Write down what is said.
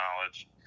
knowledge